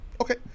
Okay